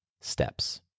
steps